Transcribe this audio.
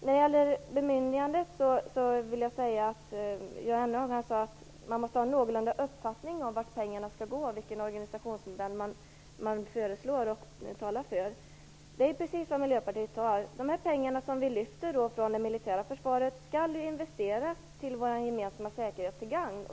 När det gäller bemyndigandet sade Jan Jennehag att man måste ha en någorlunda uppfattning om vart pengarna skall gå och vilken organisationsmodell man föreslår och talar för. Det är ju precis vad Miljöpartiet har. De pengar som vi lyfter från det militära försvaret skall investeras, till gagn för vår gemensamma säkerhet.